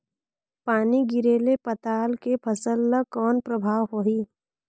पानी गिरे ले पताल के फसल ल कौन प्रभाव होही?